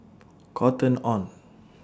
Cotton on